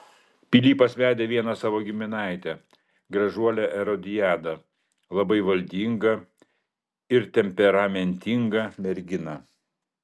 pilypas vedė vieną savo giminaitę gražuolę erodiadą labai valdingą ir temperamentingą merginą